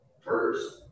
First